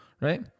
right